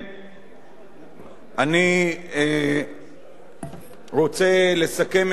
אני רוצה לסכם את דברי ולומר כך: